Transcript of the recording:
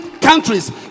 countries